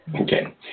Okay